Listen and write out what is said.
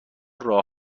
راه